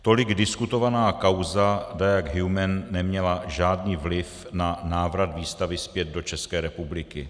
Tolik diskutovaná kauza Diag Human neměla žádný vliv na návrat výstavy zpět do České republiky.